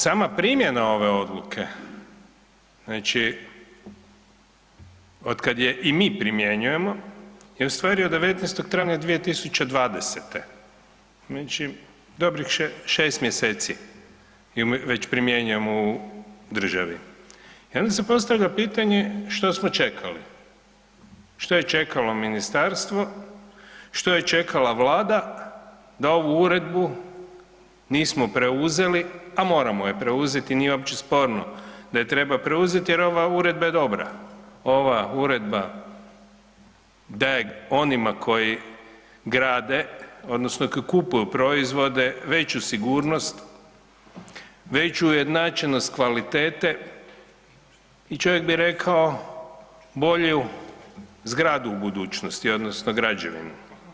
Sama primjena ove Odluke, znači od kad je i mi primjenjujemo je u stvari od 19. travnja 2020.-te, znači dobrih šest mjeseci ju već primjenjujemo u državi, i onda se postavlja pitanje što smo čekali?, što je čekalo Ministarstvo?, što je čekala Vlada da ovu Uredbu nismo preuzeli?, a moramo je preuzeti, nije uopće sporno da je treba preuzeti jer je ova Uredba dobra, ova Uredba daje onima koji grade odnosno koji kupuju proizvode veću sigurnost, veću ujednačenost kvalitete i čovjek bi rekao bolju zgradu u budućnosti, odnosno građevinu.